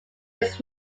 its